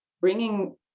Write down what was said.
bringing